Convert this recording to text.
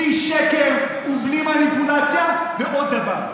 ובלי שקר ובלי מניפולציה, ועוד דבר,